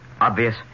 Obvious